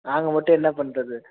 நாங்கள் மட்டும் என்ன பண்ணுறது